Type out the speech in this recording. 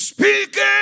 Speaking